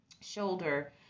shoulder